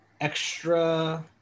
extra